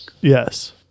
yes